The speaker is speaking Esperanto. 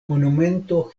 monumento